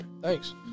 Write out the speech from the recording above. Thanks